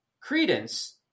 Credence